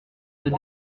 deux